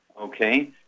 Okay